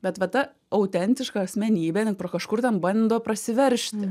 bet va ta autentiška asmenybė jinai pro kažkur ten bando prasiveržti